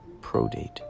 pro-date